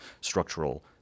structural